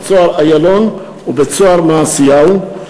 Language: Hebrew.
בית-סוהר "איילון" ובית-סוהר "מעשיהו".